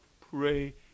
pray